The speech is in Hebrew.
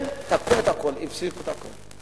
הם תקעו את הכול, הפסיקו את הכול.